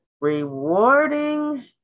Rewarding